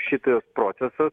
šitas procesas